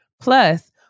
Plus